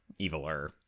Eviler